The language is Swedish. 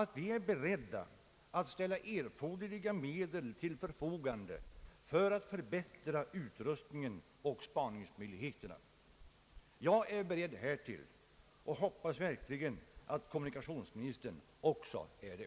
att vi är beredda att ställa erforderliga medel till förfogande för att förbättra utrustningen och spaningsmöjligheterna. Jag är beredd härtill och hoppas verkligen att kommunikationsministern också är det.